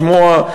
לשמוע,